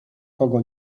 kogo